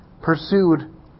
pursued